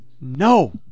No